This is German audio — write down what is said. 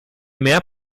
mehr